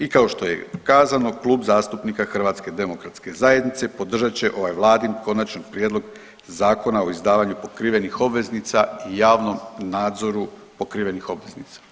I kao što je kazano Klub zastupnika HDZ-a podržat će ovaj vladin Konačni prijedlog Zakona o izdavanju pokrivenih obveznica i javnom nadzoru pokrivenih obveznica.